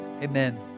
Amen